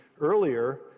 earlier